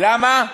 למה?